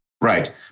Right